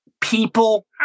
People